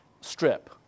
strip